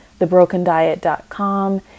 thebrokendiet.com